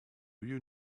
you